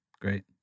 Great